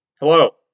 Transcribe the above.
Hello